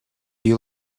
you